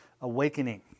Awakening